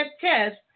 test